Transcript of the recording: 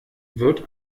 wird